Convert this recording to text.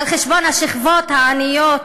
על חשבון השכבות העניות,